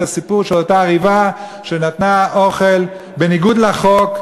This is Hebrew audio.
הסיפור של אותה ריבה שנתנה אוכל בניגוד לחוק,